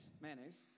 Mayonnaise